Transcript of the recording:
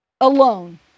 alone